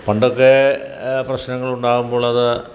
പണ്ടൊക്കെ പ്രശ്നങ്ങൾ ഉണ്ടാകുമ്പോ അത്